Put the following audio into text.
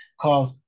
called